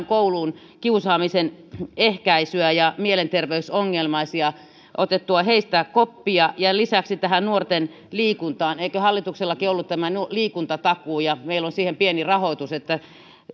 kouluun kiusaamisen ehkäisyä ja mielenterveysongelmaisista otettua koppia ja lisäksi tähän nuorten liikuntaan eikö hallituksellakin ollut tämä liikuntatakuu meillä on pieni rahoitus